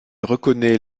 reconnaît